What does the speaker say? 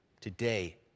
Today